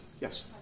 Yes